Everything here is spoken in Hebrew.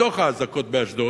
מתוך האזעקות באשדוד,